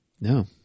No